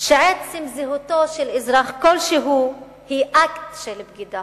שעצם זהותו של אזרח כלשהו היא אקט של בגידה?